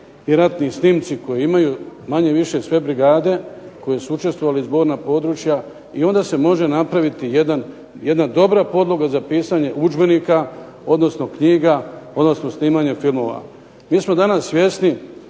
i ratni snimci koji imaju manje-više sve brigade koje su učestvovale i zborna područja i onda se može napraviti jedna dobra podloga za pisanje udžbenika, odnosno knjiga, odnosno snimanje filmova. Mi smo danas svjesni,